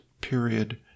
period